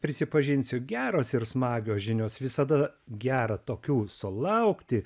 prisipažinsiu geros ir smagios žinios visada gera tokių sulaukti